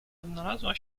odnalazła